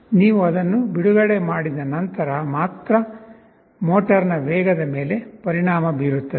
ನೀವು ಅದನ್ನು ಬಿಡುಗಡೆ ಮಾಡಿದ ನಂತರ ಮಾತ್ರ ಮೋಟಾರ್ ನ ವೇಗದ ಮೇಲೆ ಪರಿಣಾಮ ಬೀರುತ್ತದೆ